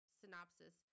synopsis